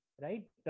right